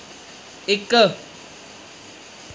इक